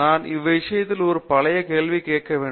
நான் இவ்விஷயத்தில் ஒரு பழைய கேள்வி கேட்க வேண்டும்